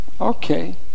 Okay